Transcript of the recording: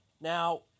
Now